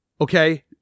okay